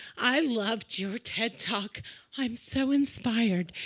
i loved your ted talk i'm so inspired.